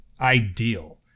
ideal